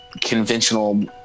conventional